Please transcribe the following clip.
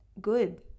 good